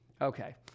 Okay